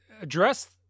address